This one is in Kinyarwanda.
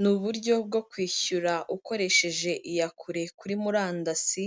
Ni uburyo bwo kwishyura ukoresheje iyakure kuri murandasi,